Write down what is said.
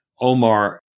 Omar